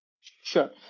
Sure